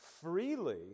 freely